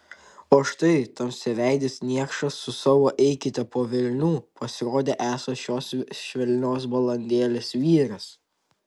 o štai tamsiaveidis niekšas su savo eikite po velnių pasirodė esąs šios švelnios balandėlės vyras